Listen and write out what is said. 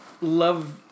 love